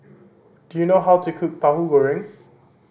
do you know how to cook Tauhu Goreng